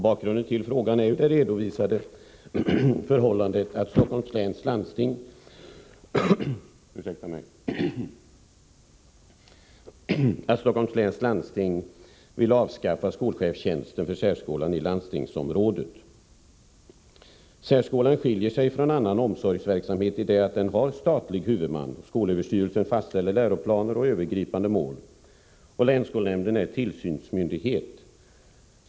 Bakgrunden till frågan är det redovisade förhållandet, att Stockholms läns landsting vill avskaffa skolchefstjänsten för särskolan i landstingsområdet. Särskolan skiljer sig från annan omsorgsverksamhet i det att den har statlig huvudman. Skolöverstyrelsen fastställer läroplaner och övergripande mål. Länsskolnämnden är tillsynsmyndighet.